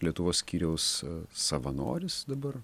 lietuvos skyriaus savanoris dabar